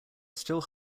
still